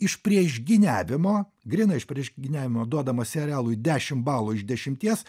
iš priešgyniavimo grynai iš priešgyniavimo duodamas serialui dešim balų iš dešimties